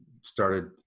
started